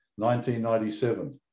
1997